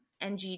NG